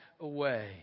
away